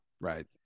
Right